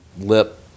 lip